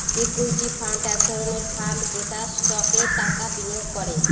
equity fund এক ধরনের fund যেটা স্টকে টাকা বিনিয়োগ করে